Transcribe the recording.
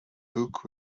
book